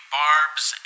barbs